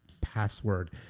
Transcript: password